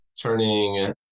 turning